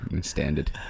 Standard